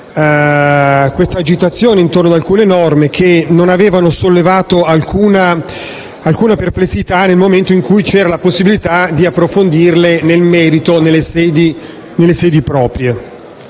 questa agitazione intorno ad alcune norme che non avevano sollevato alcuna perplessità nel momento in cui c'era la possibilità di approfondire nel merito, nelle sedi proprie.